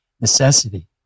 necessity